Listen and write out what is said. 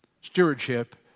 Stewardship